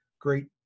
great